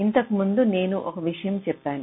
ఇంతకు ముందు నేను ఒక విషయం చెప్పాను